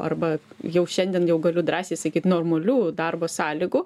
arba jau šiandien jau galiu drąsiai sakyt normalių darbo sąlygų